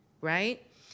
right